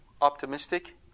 optimistic